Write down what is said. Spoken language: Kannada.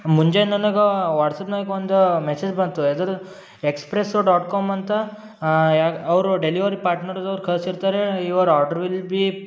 ಮುಂಜಾನೆ ನನಗೆ ವಾಟ್ಸಾಪ್ನಾಗೆ ಒಂದು ಮೆಸೇಜ್ ಬಂತು ಯದರ್ ಎಕ್ಸ್ಪ್ರೆಸು ಡಾಟ್ ಕಾಮ್ ಅಂತ ಯಾವ ಅವರು ಡೆಲಿವರಿ ಪಾಟ್ನರ್ದವ್ರು ಕಳಿಸಿರ್ತಾರೆ ಯುವರ್ ಆರ್ಡ್ರು ವಿಲ್ ಬಿ